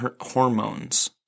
hormones